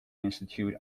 institute